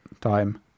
time